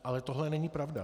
Ale tohle není pravda.